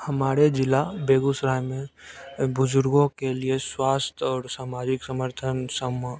हमारे ज़िला बेगूसराय में बुज़ुर्गों के लिए स्वास्थ्य और समाजिक समर्थन सम